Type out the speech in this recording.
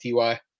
Ty